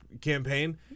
campaign